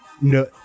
No